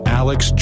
alex